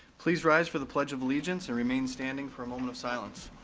please rise for the pledge of allegiance and remain standing for a moment of silence.